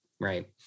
right